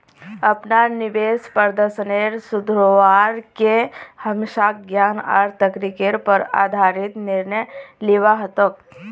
अपनार निवेश प्रदर्शनेर सुधरवार के हमसाक ज्ञान आर तर्केर पर आधारित निर्णय लिबा हतोक